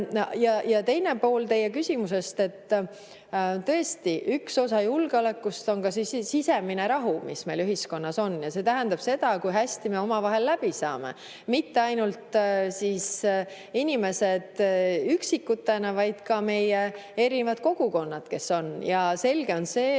Ja teine pool teie küsimusest. Tõesti, üks osa julgeolekust on sisemine rahu, mis meil ühiskonnas on. Ja see tähendab seda, kui hästi me omavahel läbi saame, mitte ainult inimesed üksikutena, vaid ka meie erinevad kogukonnad. Ja selge on see,